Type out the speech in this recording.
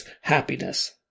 happiness